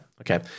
Okay